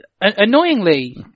annoyingly